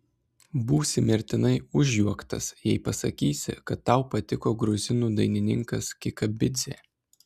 būsi mirtinai užjuoktas jei pasakysi kad tau patiko gruzinų dainininkas kikabidzė